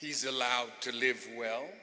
he's allowed to live well